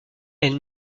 elle